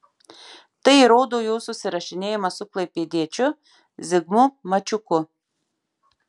tai įrodo jo susirašinėjimas su klaipėdiečiu zigmu mačiuku